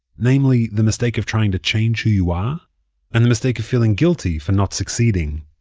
namely the mistake of trying to change who you are and the mistake of feeling guilty for not succeeding